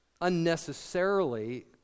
unnecessarily